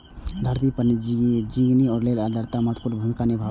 धरती पर जिनगी लेल आर्द्रता महत्वपूर्ण भूमिका निभाबै छै